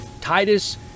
Titus